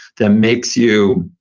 that makes you,